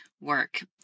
work